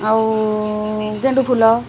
ଆଉ ଗେଣ୍ଡୁ ଫୁଲ